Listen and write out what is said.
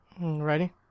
Ready